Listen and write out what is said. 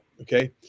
okay